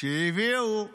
כשהעבירו עובדות,